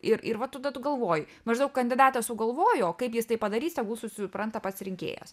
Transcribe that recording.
ir ir va tuda tu galvoji maždaug kandidatas sugalvojo o kaip jis tai padarys tegu susipranta pats rinkėjas